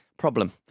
problem